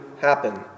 happen